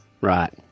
Right